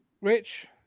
Rich